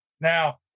Now